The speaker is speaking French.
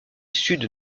sud